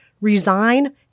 resign